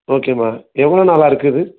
ஓகேம்மா எவ்வளோ நாளாக இருக்குது